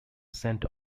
saint